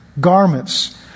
garments